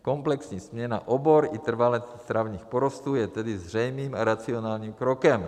Komplexní směna obor i trvale travních porostů je tedy zřejmým a racionálním krokem.